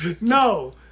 no